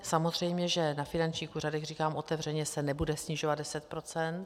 Samozřejmě že na finančních úřadech, říkám otevřeně, se nebude snižovat 10 %.